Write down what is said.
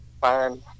fine